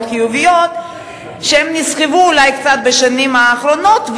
חיוביות שנסחבו אולי קצת בשנים האחרונות,